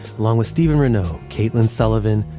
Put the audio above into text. along with steven reneau, kaitlin sullivan,